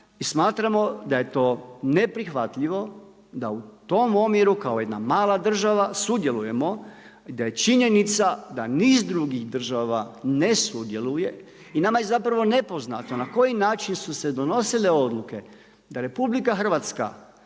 I smatramo da je to neprihvatljivo da u tom omjeru kao jedna mala država sudjelujemo, da je činjenica da niz drugih država ne sudjeluje. I nama je zapravo nepoznato na koji način su se donosile odluke da Republika Hrvatska